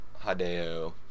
Hideo